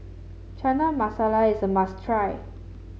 Chana Masala is a must try